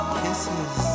kisses